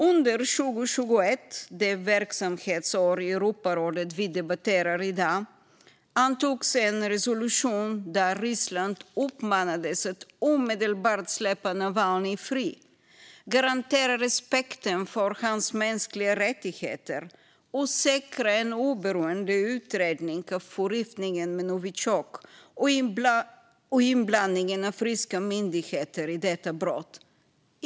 Under 2021, det verksamhetsår i Europarådet vi debatterar i dag, antogs en resolution där Ryssland uppmanades att omedelbart släppa Navalnyj fri, garantera respekten för hans mänskliga rättigheter och säkra en oberoende utredning av förgiftningen med novitjok och inblandningen av ryska myndigheter i detta brott.